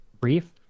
brief